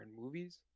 movies